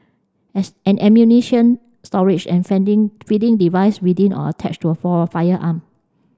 as an ammunition storage and fending feeding device within or attached to a for firearm